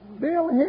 Bill